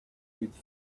with